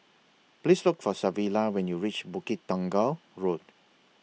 Please Look For Savilla when YOU REACH Bukit Tunggal Road